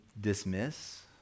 dismiss